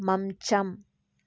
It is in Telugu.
మంచం